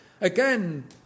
Again